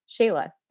Shayla